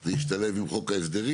זה השתלב עם חוק ההסדרים?